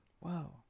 Wow